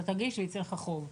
אתה תגיש וייצא לך חוב.